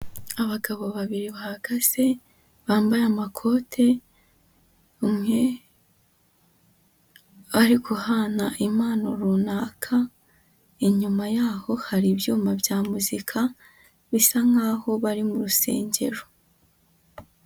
Abagabo babiri bahagaze bambaye amakote, umwe ari guhana impano runaka, inyuma yaho hari ibyuma bya muzika bisa nkaho bari mu rusengero.